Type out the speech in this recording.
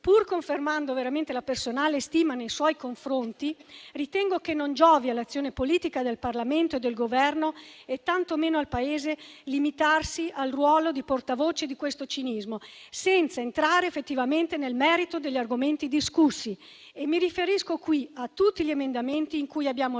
Pur confermando la mia personale stima nei suoi confronti, ritengo che non giovi all'azione politica del Parlamento e del Governo e tanto meno al Paese limitarsi al ruolo di portavoce di questo cinismo, senza entrare effettivamente nel merito degli argomenti discussi. Mi riferisco qui a tutti gli emendamenti in cui abbiamo